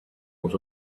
what